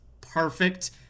perfect